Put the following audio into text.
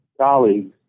colleagues